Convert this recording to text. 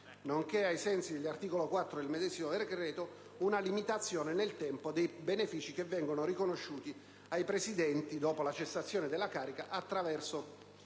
nonché, ai sensi dell'articolo 4 del medesimo decreto, una limitazione nel tempo dei benefici che vengono riconosciuti ai Presidenti dopo la cessazione dalla carica, anche attraverso iniziative